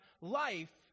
life